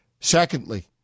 secondly